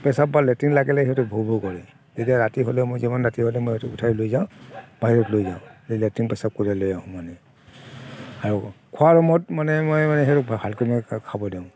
পেচাব বা লেট্ৰিন লাগিলে সিহঁতে ভৌ ভৌ কৰে তেতিয়া ৰাতি হ'লে মই যিমান ৰাতি হ'লেও সিহঁতক উঠাই লৈ যাওঁ বাহিৰত লৈ যাওঁ লেট্ৰিন পেচাব কৰাই লৈ আহোঁ মানে আৰু খোৱাৰ সময়ত মানে মই সিহঁতক ভালকৈ মই খাব দিওঁ